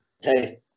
Hey